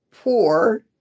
poor